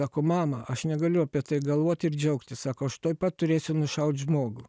sako mama aš negaliu apie tai galvoti ir džiaugtis sako aš tuoj pat turėsiu nušaut žmogų